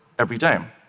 every day. um